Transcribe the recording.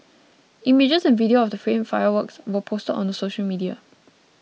images and video of the frame fireworks were posted on the social media